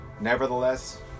nevertheless